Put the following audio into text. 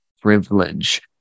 privilege